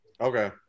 Okay